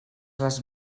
les